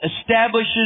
establishes